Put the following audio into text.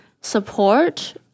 support